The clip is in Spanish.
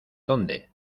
dónde